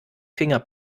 finger